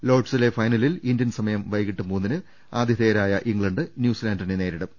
ലോഡ്സിലെ ഫൈനലിൽ ഇന്ത്യൻ സമയം വൈകിട്ട് മൂന്നിന് ആതിഥേയ രായ ഇംഗ്ലണ്ട് ന്യൂസിലാൻഡിനെ നേരിടും